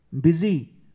busy